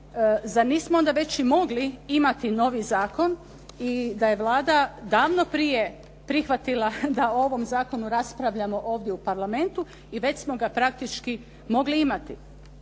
zar nismo onda već i mogli imati novi zakon i da je Vlada davno prije prihvatila da o ovom zakonu raspravljamo ovdje u Parlamentu i već smo ga praktički mogli imati.